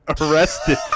arrested